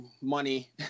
money